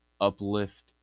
uplift